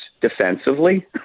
defensively